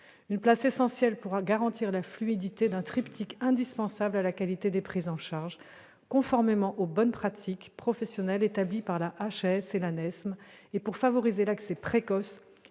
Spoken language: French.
une place essentielle pour garantir la fluidité d'un triptyque indispensable à la qualité des prises en charge, conformément aux bonnes pratiques professionnelles établies par la Haute Autorité de santé,